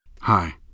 Hi